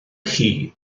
chi